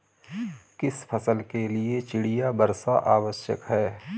किस फसल के लिए चिड़िया वर्षा आवश्यक है?